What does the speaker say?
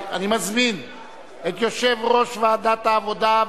אני מזמין את יושב-ראש ועדת העבודה,